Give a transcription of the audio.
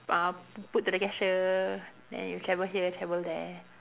uh p~ put to the cashier then you travel here travel there